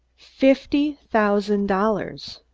fifty thousand dollars.